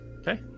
Okay